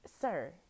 Sir